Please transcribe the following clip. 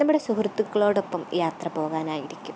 നമ്മുടെ സുഹൃത്തുക്കളോടൊപ്പം യാത്ര പോകാനായിരിക്കും